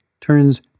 turns